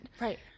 Right